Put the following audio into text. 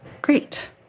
Great